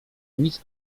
nic